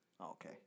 Okay